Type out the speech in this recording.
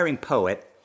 poet